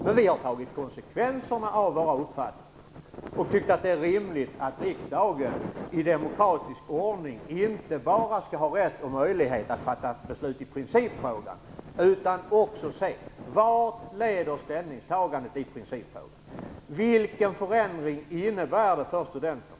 Men vi har tagit konsekvenserna av vår uppfattning och tyckt att det är rimligt att riksdagen i demokratisk ordning inte bara skall ha rätt och möjlighet att fatta ett beslut i principfrågan, utan också ta hänsyn till vart ställningstagandet i principfrågan leder till. Vilken förändring innebär det för studenterna?